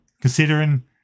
Considering